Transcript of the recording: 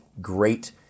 great